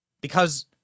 Because-